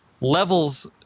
levels